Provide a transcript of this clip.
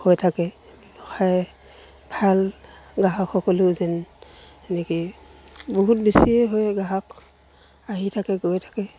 হৈ থাকে ব্যৱসায় ভাল গ্ৰাহকসকলেও যেন এনেকৈয়ে বহুত বেছিয়ে হয় গ্ৰাহক আহি থাকে গৈ থাকে